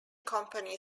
company